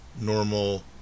normal